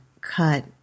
cut